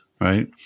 right